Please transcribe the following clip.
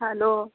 hello